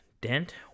Dent